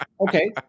okay